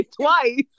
twice